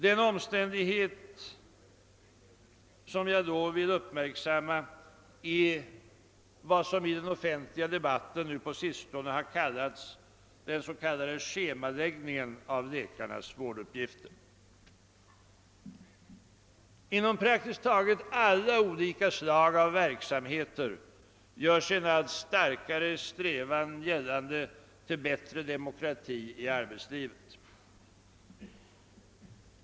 Den omständighet som jag då vill uppmärksamma är vad som i den offentliga debatten på sistone har kallats schemaläggningen av läkarnas vårduppgifter. Inom praktiskt taget alla slag av verksamhet gör sig en allt starkare strävan till bättre demokrati i arbetslivet gällande.